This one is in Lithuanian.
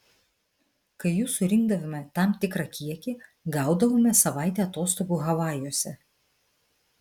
kai jų surinkdavome tam tikrą kiekį gaudavome savaitę atostogų havajuose